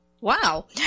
wow